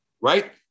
right